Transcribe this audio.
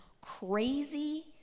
crazy